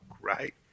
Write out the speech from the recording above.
right